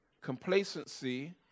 Complacency